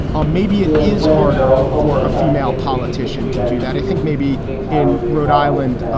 um maybe it is harder for a female politician to do that. i think maybe in rhode island.